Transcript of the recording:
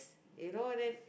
you know and then